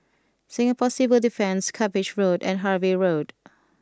Singapore Civil Defence Cuppage Road and Harvey Road